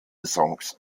songs